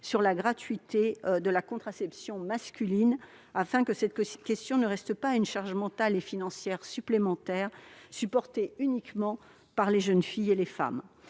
à la gratuité de la contraception masculine, afin que cette question ne reste pas une charge mentale et financière supportée uniquement par les jeunes filles et les femmes.